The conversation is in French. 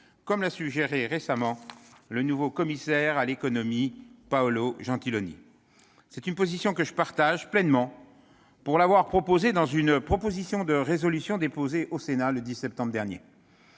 comme l'a suggéré récemment le nouveau commissaire à l'économie, Paolo Gentiloni. C'est une position que je partage pleinement, pour l'avoir suggérée dans une proposition de résolution déposée au Sénat le 10 septembre dernier.